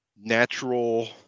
natural